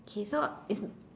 K so is is